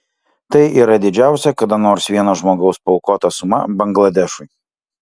tai yra didžiausia kada nors vieno žmogaus paaukota suma bangladešui